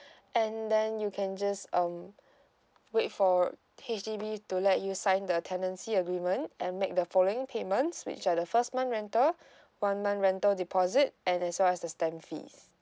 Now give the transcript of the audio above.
and then you can just um wait for H_D_B to let you sign the tenancy agreement and make the following payments which are the first month rental one month rental deposit and as well as the stamp fees